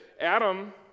Adam